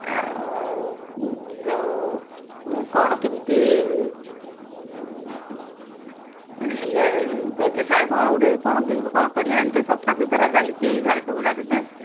ଆଉ ଯୋଉ କ'ଣ କେମିତି ହେଲେ ବ୍ୟବସାୟ କ'ଣ ଗୋଟେ କ'ଣ କେମତି କ'ଣ କରିବା ଏମିତିତ ସଫା ସୁତୁରା ଚାଲିଛି ଝାରସୁଗୂଡ଼ାରେ ଯେ